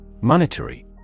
Monetary